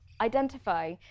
identify